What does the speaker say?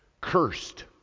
cursed